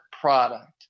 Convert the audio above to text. product